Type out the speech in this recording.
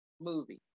movie